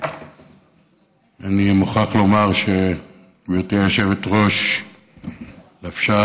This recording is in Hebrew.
אני מוכרח לומר שגברתי היושבת-ראש לבשה